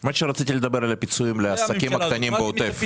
מה שרציתי לדבר זה על הפיצויים לעסקים קטנים בעוטף.